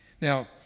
Now